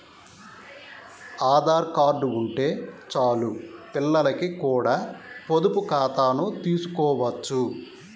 Aadhaar card ఉంటే చాలు పిల్లలకి కూడా పొదుపు ఖాతాను తీసుకోవచ్చు